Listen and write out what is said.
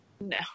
no